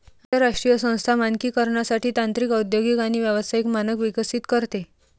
आंतरराष्ट्रीय संस्था मानकीकरणासाठी तांत्रिक औद्योगिक आणि व्यावसायिक मानक विकसित करते